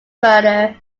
murder